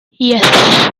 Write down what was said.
yes